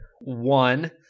one